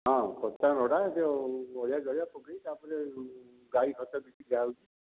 ହଁ ପଚା ନଡ଼ା ଯେଉଁ ଅଳିଆ ଜଳିଆ ପକେଇକି ତା'ପରେ ଗାଈ ଖତ ବି କିଛି ଦିଆ ହେଉଛି